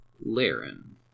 Laren